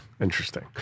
Interesting